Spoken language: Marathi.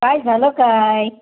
काय झालं काय